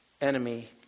enemy